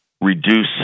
reduce